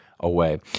Away